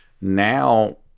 now